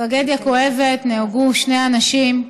טרגדיה כואבת, נהרגו שני אנשים,